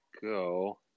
go